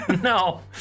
no